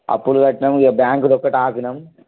అప్పులు కట్టాము ఇగా బ్యాంక్ది ఒక్కటి ఆపాము